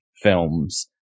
films